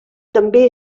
també